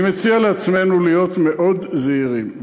אני מציע לעצמנו להיות מאוד זהירים,